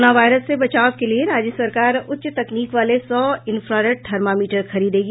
corona virus से बचाव के लिए राज्य सरकार उच्च तकनीक वाले सौ इन्फ़ारेड थर्मामीटर खरीदेगी